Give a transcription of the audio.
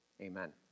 amen